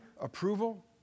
approval